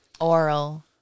Oral